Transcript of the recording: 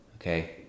okay